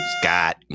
Scott